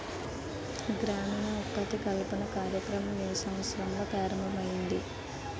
గ్రామీణ ఉపాధి కల్పన కార్యక్రమం ఏ సంవత్సరంలో ప్రారంభం ఐయ్యింది?